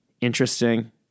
interesting